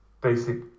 basic